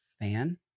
fan